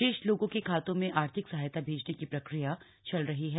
शेष लोगों के खातों में आर्थिक सहायता भेजने की प्रक्रिया चल रही है